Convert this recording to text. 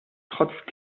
trotz